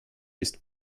ist